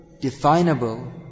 definable